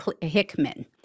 hickman